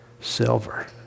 silver